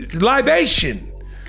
libation